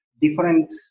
different